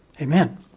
Amen